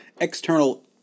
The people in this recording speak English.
external